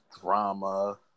drama